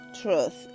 trust